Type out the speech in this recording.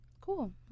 Cool